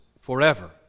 forever